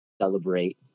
celebrate